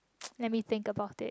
let me thing about it